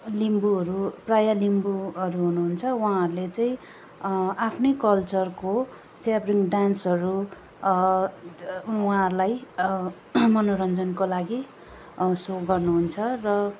लिम्बूहरू प्रायः लिम्बूहरू हुनुहुन्छ उहाँहरूले चाहिँ आफ्नै कल्चरको च्याब्रुङ डान्सहरू उहाँहरूलाई मनोरञ्जनको लागि सो गर्नु हुन्छ र